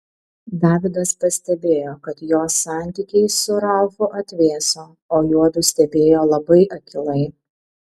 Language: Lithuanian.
davidas pastebėjo kad jos santykiai su ralfu atvėso o juodu stebėjo labai akylai